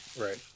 right